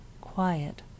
quiet